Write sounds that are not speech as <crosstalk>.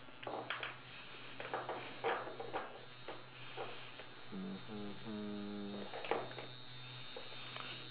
<noise>